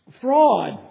Fraud